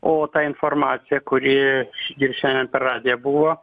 o ta informacija kuri ir šiandien per radiją buvo